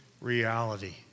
reality